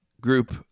group